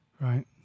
right